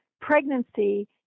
pregnancy